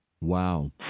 Wow